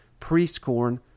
Priestcorn